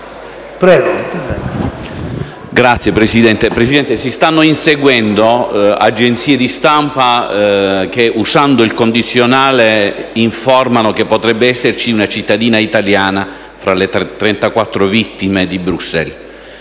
*(CoR)*. Signor Presidente, si stanno inseguendo agenzie di stampa che, usando il condizionale, informano che potrebbe esserci una cittadina italiana fra le 34 vittime di Bruxelles.